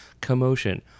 commotion